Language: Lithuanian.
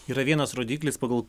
yra vienas rodiklis pagal